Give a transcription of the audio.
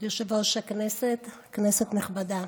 כבוד יושב-ראש הכנסת, כנסת נכבדה,